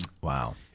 Wow